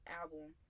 album